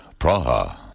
Praha